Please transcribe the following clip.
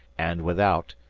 and without,